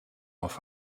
auf